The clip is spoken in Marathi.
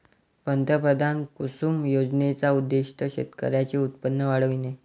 पंतप्रधान कुसुम योजनेचा उद्देश शेतकऱ्यांचे उत्पन्न वाढविणे